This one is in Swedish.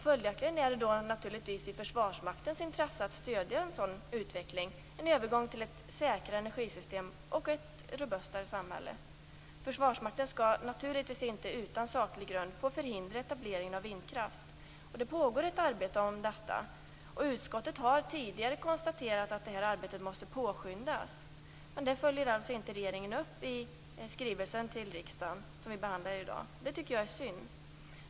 Följaktligen är det i Försvarsmaktens intresse att stödja en sådan utveckling, en övergång till säkrare energisystem och ett robustare samhälle. Försvarsmakten skall naturligtvis inte utan saklig grund få hindra etableringen av vindkraft. Det pågår ett arbete om detta, och utskottet har tidigare konstaterat att det arbetet måste påskyndas. Regeringen följer alltså inte upp detta i skrivelsen till riksdagen, som vi behandlar i dag, och det är synd.